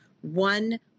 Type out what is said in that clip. one